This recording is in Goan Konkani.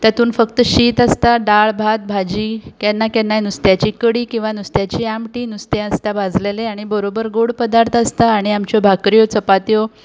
तातूंन फक्त शीत आसता दाळ भात भाजी केन्ना केन्नाय नुस्त्याची कडी किंवां नुस्त्याची आमटी नुस्तें आसता भाजलेलें आनी बरोबर गोड पदार्थ आसता आनी आमच्यो भाकऱ्यो चपात्यो